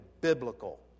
biblical